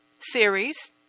series